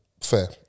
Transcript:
Fair